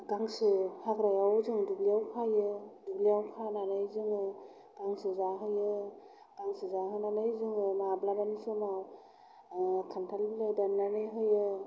गांसो हाग्रायाव जों दुब्लियाव खायो दुब्लियाव खानानै जोङो गांसो जाहोयो गांसो जाहोनानै जोङो माब्लाबानि समाव खान्थाल बिलाइ दाननानै होयो